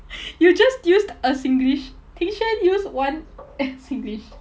you just used a singlish ding xuan used one singlish